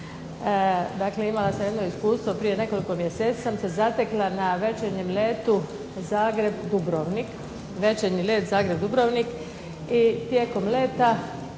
Dakle, imala sam jedno iskustvo prije nekoliko mjeseci sam se zatekla na večernjem letu Zagreb-Dubrovnik i tijekom leta